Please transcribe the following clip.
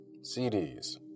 CDs